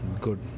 good